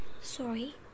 Sorry